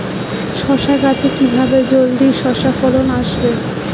শশা গাছে কিভাবে জলদি শশা ফলন আসবে?